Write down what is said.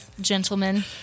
gentlemen